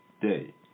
day